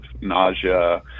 nausea